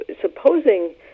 Supposing